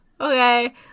Okay